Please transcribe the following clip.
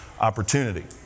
opportunity